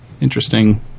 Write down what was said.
interesting